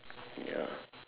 ya